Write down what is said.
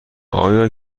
آیا